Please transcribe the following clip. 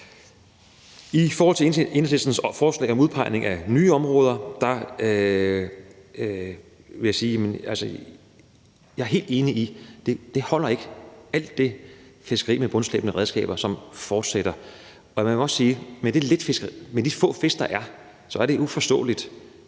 I forhold til Enhedslistens forslag om udpegning af nye områder vil jeg sige, at jeg er helt enig i, at det ikke holder med alt det fiskeri med bundslæbende redskaber, som fortsætter. Man må også sige, at med de få fisk, der er, er det uforståeligt,